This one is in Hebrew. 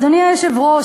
אדוני היושב-ראש,